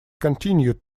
continued